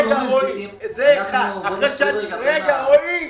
רגע, רועי.